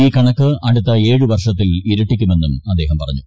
ഈ കണക്ക് അടുത്ത ഏഴ് വർഷത്തിൽ ഇരട്ടിക്കുമെന്നും അദ്ദേഹം പറഞ്ഞു